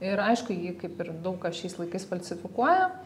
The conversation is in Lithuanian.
ir aišku jį kaip ir daug ką šiais laikais falsifikuoja